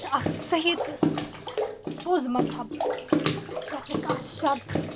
چھِ اَکھ صحیح تہٕ سہٕ پوٚز مذہب یَتھ نہٕ کانٛہہ شَک چھِ